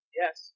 yes